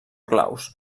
claus